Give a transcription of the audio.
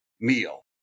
meal